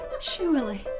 surely